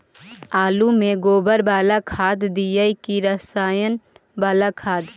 आलु में गोबर बाला खाद दियै कि रसायन बाला खाद?